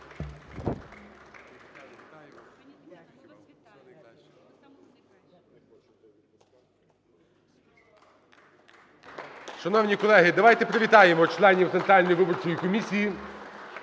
Шановні колеги, давайте привітаємо членів Центральної виборчої комісії.